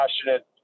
passionate